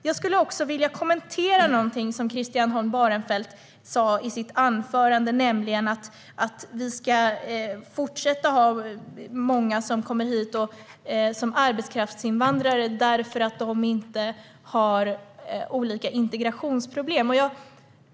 Jag skulle också vilja kommentera någonting som Christian Holm Barenfeld sa, nämligen att vi ska fortsätta att ha många som kommer hit som arbetskraftsinvandrare därför att de inte har olika integrationsproblem.